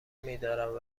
میدارند